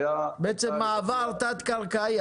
ההנחיה הייתה --- בעצם מעבר תת קרקעי,